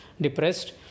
depressed